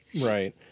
Right